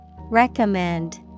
Recommend